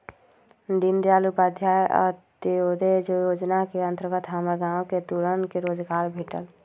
दीनदयाल उपाध्याय अंत्योदय जोजना के अंतर्गत हमर गांव के तरुन के रोजगार भेटल